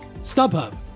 StubHub